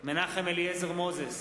מנחם אליעזר מוזס,